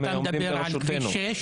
היות שאתה מדבר על כביש 6,